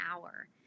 hour